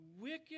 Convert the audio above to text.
wicked